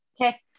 okay